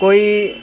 کوئی